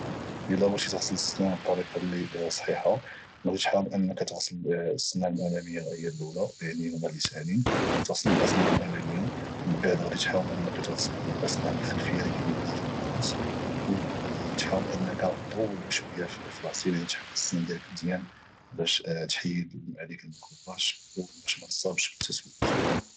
الى بغيتي تغسل السنان بطريقة اللي هي صحيحة غادي تحاول انك تغسل السنان الأمامية هي لولى يعني هوما اللي ساهلين تغسل السنان الأمامية او من بعد غتحاول انك تغسل الأسنان الخلفية اللي كاينين لداخل الدروس او تحاول انك طول شوية في الغسيل تحك السنان ديالك مزيان باش تحيد هاديك الميكروبات او باش متصابش بالتسوس